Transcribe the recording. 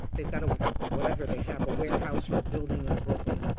they've got a whatever they have a warehouse or a building in brooklyn,